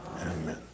Amen